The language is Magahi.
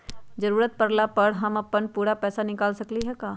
जरूरत परला पर हम अपन पूरा पैसा निकाल सकली ह का?